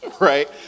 right